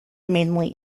mainly